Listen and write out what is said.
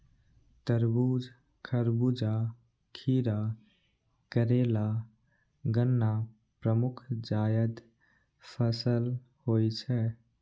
तरबूज, खरबूजा, खीरा, करेला, गन्ना प्रमुख जायद फसल होइ छै